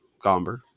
Gomber